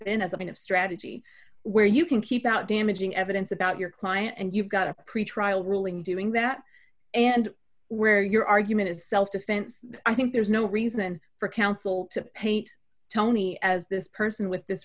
of strategy where you can keep out damaging evidence about your client and you've got a pretrial ruling doing that and where your argument is self defense i think there's no reason for counsel to paint tony as this person with this